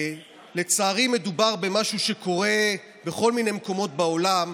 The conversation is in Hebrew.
לצערי מדובר במשהו שקורה בכל מיני מקומות בעולם.